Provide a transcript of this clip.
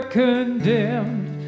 condemned